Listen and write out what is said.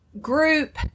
group